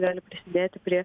gali prisidėti prie